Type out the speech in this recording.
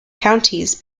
counties